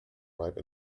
ripe